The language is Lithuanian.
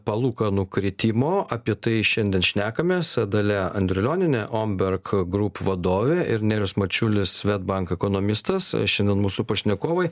palūkanų kritimo apie tai šiandien šnekamės su dalia andriulioniene omberg group vadove ir nerijus mačiulis swedbank ekonomistas šiandien mūsų pašnekovai